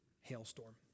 hailstorm